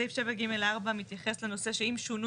סעיף 7(ג)(4) מתייחס לנושא שאם שונו